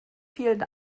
vielen